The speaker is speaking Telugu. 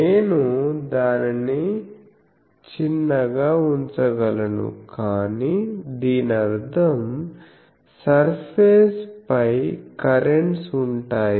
నేను దానిని చిన్నగా ఉంచగలను కానీ దీని అర్థం సర్ఫేస్ పై కరెంట్స్ ఉంటాయి